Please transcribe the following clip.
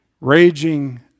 Raging